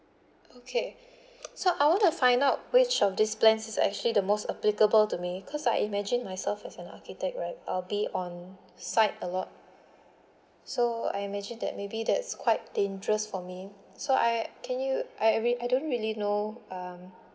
okay so I want to find out which of these plans is actually the most applicable to me cause I imagine myself as an architect right I will be on site a lot so I imagine that maybe that's quite dangerous for me so I can you I real~ I don't really know um